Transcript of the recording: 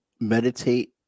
meditate